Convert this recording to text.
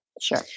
Sure